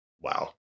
wow